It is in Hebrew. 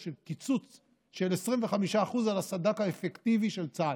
של קיצוץ של 25% על הסד"כ האפקטיבי של צה"ל.